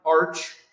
arch